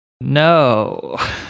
no